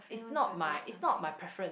it's not my it's not my preference